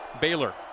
Baylor